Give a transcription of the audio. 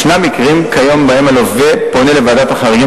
יש מקרים כיום שבהם הלווה פונה לוועדת החריגים